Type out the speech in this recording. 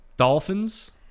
dolphins